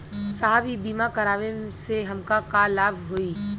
साहब इ बीमा करावे से हमके का लाभ होई?